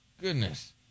goodness